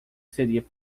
seria